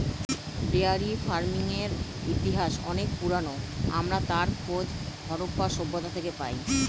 dairy ফার্মিংয়ের ইতিহাস অনেক পুরোনো, আমরা তার খোঁজ হারাপ্পা সভ্যতা থেকে পাই